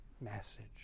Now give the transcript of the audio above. message